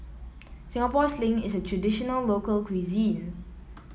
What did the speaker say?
Singapore Sling is a traditional local cuisine